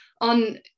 on